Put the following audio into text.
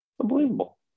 unbelievable